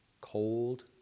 cold